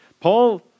Paul